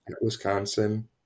Wisconsin